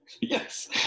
Yes